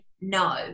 no